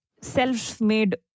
self-made